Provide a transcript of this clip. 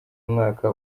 umwaka